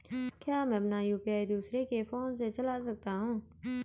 क्या मैं अपना यु.पी.आई दूसरे के फोन से चला सकता हूँ?